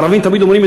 הערבים תמיד אומרים,